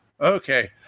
Okay